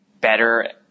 better